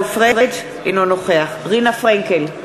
אינו נוכח רינה פרנקל,